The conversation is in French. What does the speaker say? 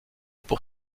pour